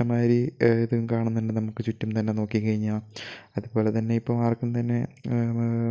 ഇഷ്ടം മാതിരി ഇതും കാണുന്നുണ്ട് നമുക്ക് ചുറ്റും തന്നെ നോക്കി കഴിഞ്ഞാൽ അതുപോലെ തന്നെ ഇപ്പോൾ ആർക്കും തന്നെ